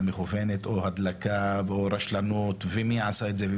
מכוונת או הדלקה או רשלנות ומי עשה את זה,